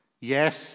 Yes